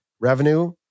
revenue